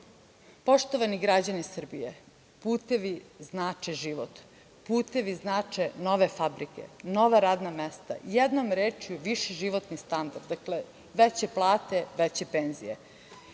Poštovani građani Srbije, putevi znače život. Putevi znače nove fabrike, nova radna mesta. Jednom rečju viši životni standard. Dakle, veće plate, veće penzije.